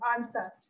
answer